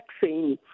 vaccine